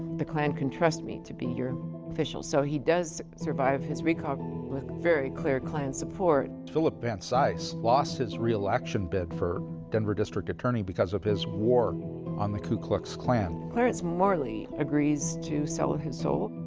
the klan can trust me to be your official. so he does survive his recall with very clear klan support. phillip van cise lost his re-election bid for denver district attorney because of his war on the ku klux klan. clarence morley agrees to sell ah his soul.